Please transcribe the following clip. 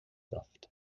saft